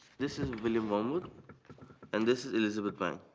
this is william wormwood and this is elizabeth wang.